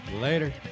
Later